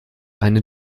eine